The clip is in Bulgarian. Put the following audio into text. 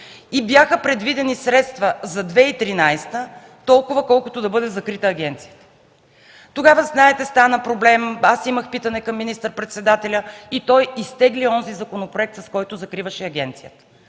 и бяха предвидени средства за 2013 г. толкова, колкото да бъде закрита агенцията. Знаете, тогава стана проблем. Имах питане към министър-председателя и той изтегли онзи законопроект, с който закриваше агенцията.